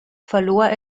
verlor